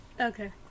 Okay